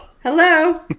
Hello